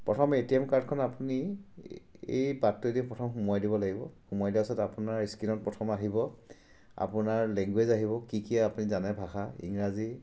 প্ৰথম A T M কাৰ্ডখন আপুনি এই বাটটোৱেদি প্ৰথম সোমোৱাই দিব লাগিব সোমোৱাই দিয়াৰ পাছত আপোনাৰ স্ক্ৰিনত প্ৰথম আহিব আপোনাৰ লেংগুৱেজ আহিব কি কি আপুনি জানে ভাষা ইংৰাজী